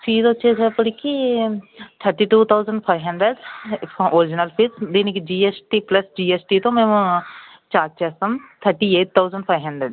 fees వచ్చేటప్పటికి thirty two thousand five hundred original fees దీనికి GST plus జీఎస్టితో మేము ఛార్జ్ చేస్తాం thirty eight thousand five hundred